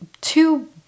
two